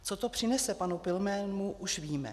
Co to přinese panu Pilnému, už víme.